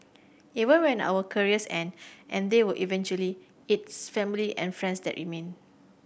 even when our careers end and they will eventually it's family and friends that remain